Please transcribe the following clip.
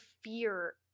fear